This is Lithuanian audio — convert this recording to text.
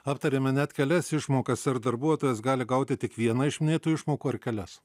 aptarėme net kelias išmokas ar darbuotojas gali gauti tik vieną iš minėtų išmokų ar kelias